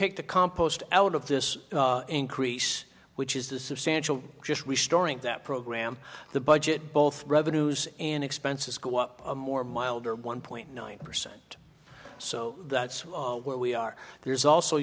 take the compost out of this increase which is the substantial just we storing that program the budget both revenues and expenses go up more mild or one point nine percent so that's where we are there's also